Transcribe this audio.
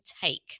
take